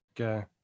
Okay